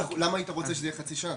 למה היית רוצה שזה יהיה חצי שנה,